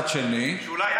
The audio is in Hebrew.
אולי,